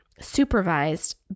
supervised